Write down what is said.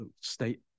state